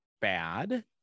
bad